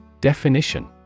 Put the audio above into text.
Definition